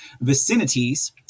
vicinities